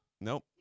Nope